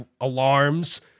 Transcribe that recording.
alarms